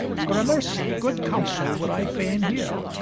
gramercy, good counsel would i fain hear.